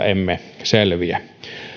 emme selviä